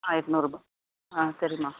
ஆ எட்நூறுரூபா ஆ சரிம்மா